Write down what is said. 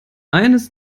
eines